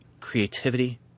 creativity